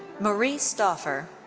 marie stauffer.